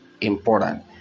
important